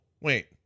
wait